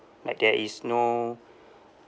like there is no